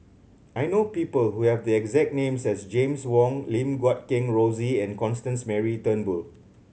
I know people who have the exact names as James Wong Lim Guat Kheng Rosie and Constance Mary Turnbull